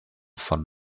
von